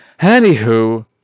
Anywho